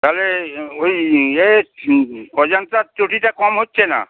তাহলে ওই এর অজন্তার চটিটা কম হচ্ছে না